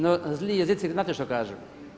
No, zli jezici znate što kažu?